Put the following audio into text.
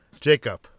Jacob